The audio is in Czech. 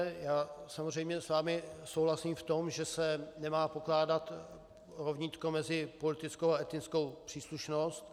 Já samozřejmě s vámi souhlasím v tom, že se nemá pokládat rovnítko mezi politickou a etnickou příslušnost.